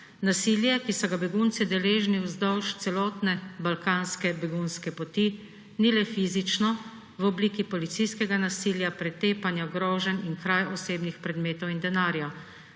Nasilje, ki so ga begunci deležni vzdolž celotne balkanske begunske poti, ni le fizično v obliki policijskega nasilja, pretepanja, groženj in kraj osebnih predmetov in denarja.